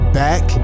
back